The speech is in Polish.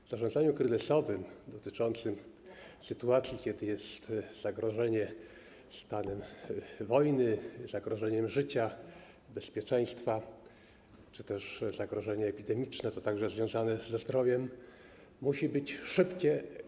W zarządzaniu kryzysowym dotyczącym sytuacji, kiedy jest zagrożenie stanem wojny, zagrożenie życia, bezpieczeństwa czy też zagrożenie epidemiczne, także to związane ze zdrowiem, działanie musi być szybkie.